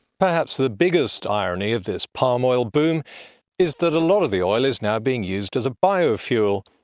perhaps the biggest irony of this palm oil boom is that a lot of the oil is now being used as a biofuel.